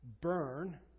burn